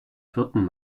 vierten